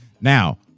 now